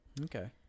okay